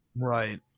right